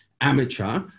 amateur